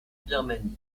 birmanie